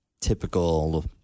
typical